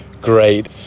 great